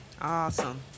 Awesome